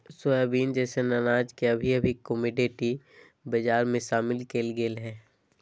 soybean जैसन अनाज के अभी अभी कमोडिटी बजार में शामिल कइल गेल हइ